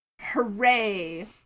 hooray